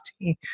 team